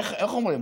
איך אומרים?